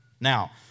Now